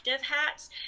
hats